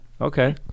Okay